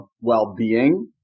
well-being